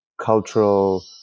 cultural